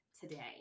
today